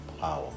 power